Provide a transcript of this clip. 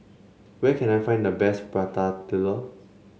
where can I find the best Prata Telur